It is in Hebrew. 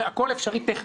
הכול אפשרי טכנית.